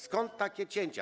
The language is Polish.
Skąd takie cięcia?